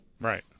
Right